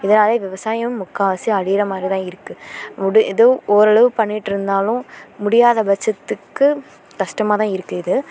இதனாலேயே விவசாயம் முக்கால்வாசி அழியிற மாதிரி தான் இருக்குது உடு ஏதோ ஓரளவு பண்ணிகிட்டு இருந்தாலும் முடியாத பட்சத்துக்கு கஷ்டமா தான் இருக்குது இது